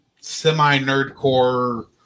semi-nerdcore